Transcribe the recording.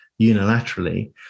unilaterally